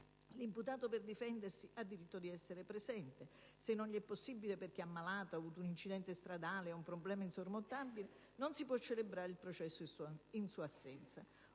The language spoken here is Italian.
L'imputato, per difendersi, ha diritto di essere presente. Se non gli è possibile perché è ammalato o perché ha avuto un incidente stradale o un problema insormontabile, non si può celebrare il processo in sua assenza.